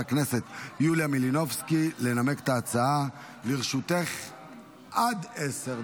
העבודה והרווחה לצורך הכנתה לקריאה ראשונה.